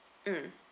mm